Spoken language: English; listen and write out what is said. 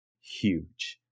huge